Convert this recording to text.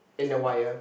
in the wire